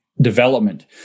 development